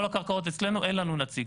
כל הקרקעות אצלנו, אין לנו נציג.